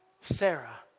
Sarah